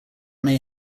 may